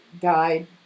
guide